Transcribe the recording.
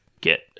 get